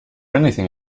anything